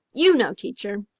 you know, teacher.